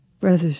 Brothers